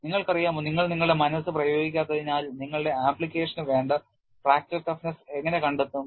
നിങ്ങൾക്കറിയാമോ നിങ്ങൾ നിങ്ങളുടെ മനസ്സ് പ്രയോഗിക്കാത്തതിനാൽ നിങ്ങളുടെ ആപ്ലിക്കേഷനു വേണ്ട ഫ്രാക്ചർ ടഫ്നെസ് എങ്ങനെ കണ്ടെത്തും